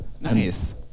Nice